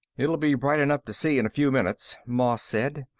it'll be bright enough to see in a few minutes, moss said.